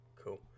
cool